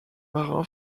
marin